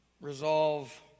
Resolve